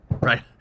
right